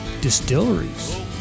distilleries